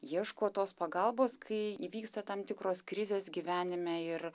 ieško tos pagalbos kai įvyksta tam tikros krizės gyvenime ir